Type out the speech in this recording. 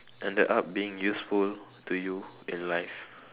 ended up being useful to you in life